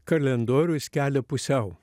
kalendorių skelia pusiau